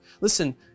Listen